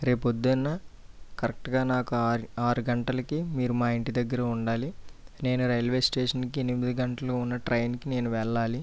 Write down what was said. రేపు పొద్దున్న కరెక్ట్గా నాకు ఆరు ఆరు గంటలకి మీరు మా ఇంటి దగ్గర ఉండాలి నేను రైల్వే స్టేషన్కి ఎనిమిది గంటలకు ఉన్న ట్రైన్కి నేను వెళ్ళాలి